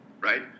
right